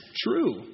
true